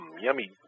yummy